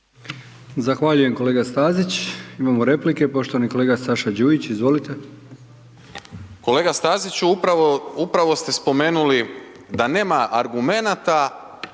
Zahvaljujem kolega Stazić, imamo replike. Poštovani kolega Saša Đujić, izvolite. **Đujić, Saša (SDP)** Kolega Staziću upravo, upravo ste spomenuli da nema argumenata